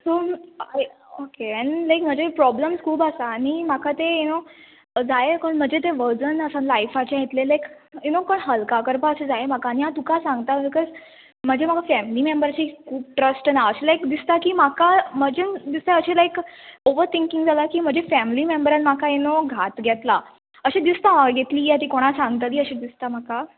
so like okay आनी like म्हजे problems खूब आसा आनी म्हाका तें न्हू जाय कून म्हजें तें वजन आसा न्हू लायफाचें इतलें लायक यु नो कोण हलका करपा अशें जाय म्हाका आनी हांव तुका सांगता बिकोज म्हजी म्हाका फेमेली मेमबराची खूब ट्रस्ट ना लायक दिसता की म्हाका म्हजे दिसता की लायक ओवर थिंकीग जाला की फेमेली मेमबरान म्हाका यु नो घात घेतला अशें दिसता की ती आसा ती कोणा सांगतली अशी दिसता म्हाका